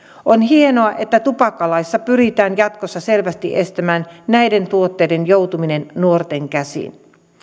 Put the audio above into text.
on hienoa että tupakkalaissa pyritään jatkossa selvästi estämään näiden tuotteiden joutuminen nuorten käsiin